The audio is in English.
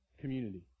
community